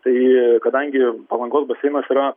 tai kadangi palangos baseinas yra